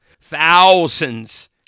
Thousands